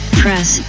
press